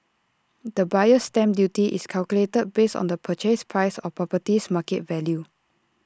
the buyer's stamp duty is calculated based on the purchase price or property's market value